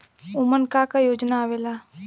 उमन का का योजना आवेला?